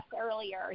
earlier